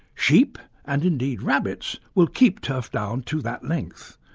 sheep and indeed rabbits will keep turf down to that length,